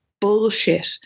bullshit